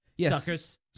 Suckers